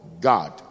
God